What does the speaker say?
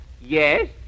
Yes